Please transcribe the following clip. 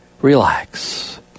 Relax